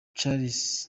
charles